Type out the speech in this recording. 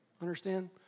Understand